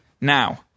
Now